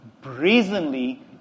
brazenly